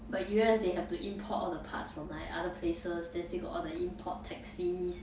but you U_S they have to import all the parts from like other places then still got all the import tax fees